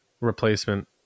Replacement